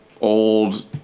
old